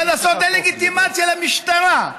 כדי לעשות דה-לגיטימציה למשטרה.